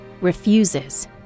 refuses